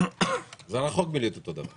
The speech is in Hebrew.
זה רחוק מלהיות אותו דבר.